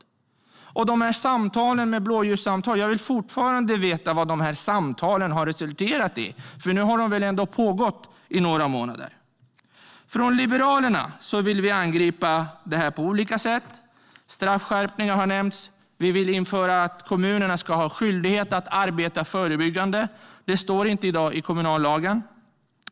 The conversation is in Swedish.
Och de här samtalen med blåljuspersonal - jag vill fortfarande veta vad de har resulterat i. Nu har de väl ändå pågått i några månader. Från Liberalernas sida vill vi angripa det här på olika sätt. Straffskärpningar har nämnts. Vi vill införa att kommunerna ska ha skyldighet att arbeta förebyggande. Det står i dag inte i kommunallagen.